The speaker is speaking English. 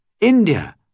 india